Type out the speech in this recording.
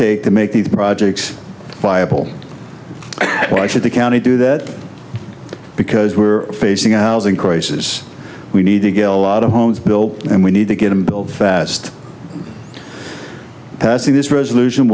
take to make these projects viable why should the county do that because we're facing ours in crisis we need to gil lot of homes built and we need to get them fast passing this resolution